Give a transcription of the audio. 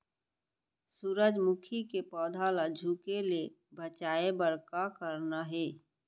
सूरजमुखी के पौधा ला झुके ले बचाए बर का करना हे?